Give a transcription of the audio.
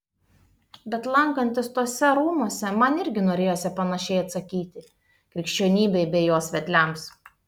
bet lankantis tuose rūmuose man irgi norėjosi panašiai atsakyti krikščionybei bei jos vedliams